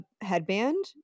headband